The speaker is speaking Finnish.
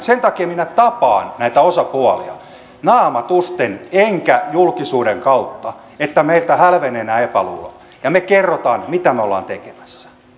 sen takia minä tapaan näitä osapuolia naamatusten enkä julkisuuden kautta että meiltä hälvenevät nämä epäluulot ja me kerromme mitä me olemme tekemässä